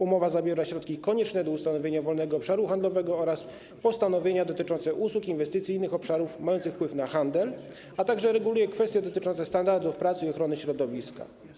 Umowa obejmuje środki konieczne do ustanowienia wolnego obszaru handlowego oraz postanowienia dotyczące usług, inwestycji i innych obszarów mających wpływ na handel, a także reguluje kwestie dotyczące standardów pracy i ochrony środowiska.